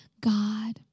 God